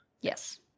Yes